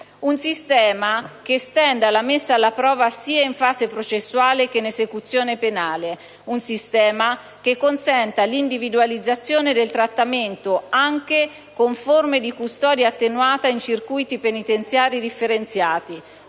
un sistema che estenda la messa alla prova sia in fase processuale che in esecuzione penale e che consenta l'individualizzazione del trattamento anche con forme di custodia attenuata in circuiti penitenziari differenziati;